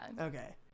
Okay